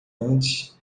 antes